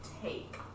take